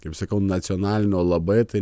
kaip sakau nacionalinio labai tai